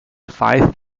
five